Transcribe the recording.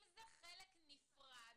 אם זה חלק נפרד,